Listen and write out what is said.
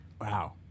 Wow